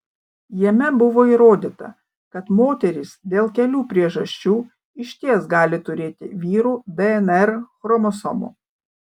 jame buvo įrodyta kad moterys dėl kelių priežasčių išties gali turėti vyrų dnr chromosomų